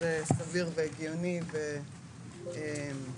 שזה סביר והגיוני וברור.